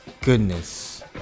goodness